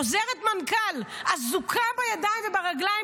עוזרת מנכ"ל, אזוקה בידיים וברגליים